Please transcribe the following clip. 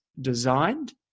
designed